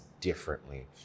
differently